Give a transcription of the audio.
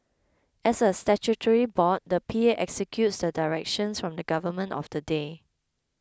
as a statutory board the P A executes the directions from the government of the day